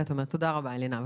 תודה רבה, אלינה.